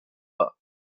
bas